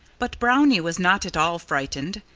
but brownie was not at all frightened.